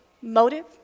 motive